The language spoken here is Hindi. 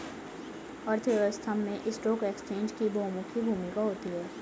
अर्थव्यवस्था में स्टॉक एक्सचेंज की बहुमुखी भूमिका होती है